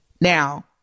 Now